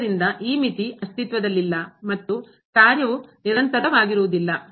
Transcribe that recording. ಆದ್ದರಿಂದ ಈ ಮಿತಿ ಅಸ್ತಿತ್ವದಲ್ಲಿಲ್ಲ ಮತ್ತು ಕಾರ್ಯವು ನಿರಂತರವಾಗಿರುವುದಿಲ್ಲ